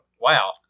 Wow